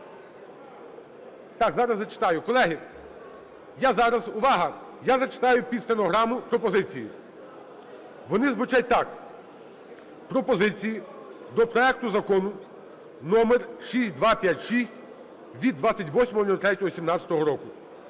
Так, зараз зачитаю. Колеги, я зараз… Увага! Я зачитаю під стенограму пропозиції, вони звучать так: "Пропозиції до проекту закону №6256 (від 28.03.2017 р.).